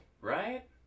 right